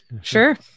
sure